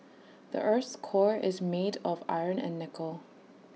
the Earth's core is made of iron and nickel